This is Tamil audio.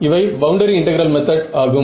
இவை பவுண்டரி இன்டெகிரல் மெத்தட் ஆகும்